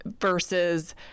versus